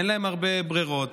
אין להם הרבה ברירות.